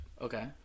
Okay